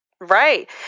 Right